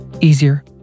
easier